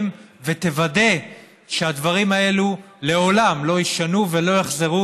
ותוודא שהדברים האלו לעולם לא יישנו ולא יחזרו,